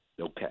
Okay